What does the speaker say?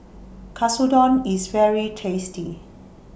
Katsudon IS very tasty